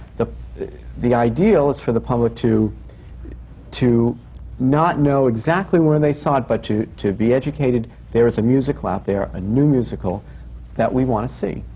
the the ideal is for the public to to not know exactly where they saw it but to to be educated, there is a musical out there, a new musical that we want to see.